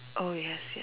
oh yes